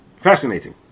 Fascinating